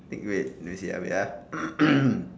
take wait initial wait ah